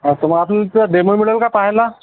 हां तर मग आपल्याला त्या डेमो मिळेल का पाहायला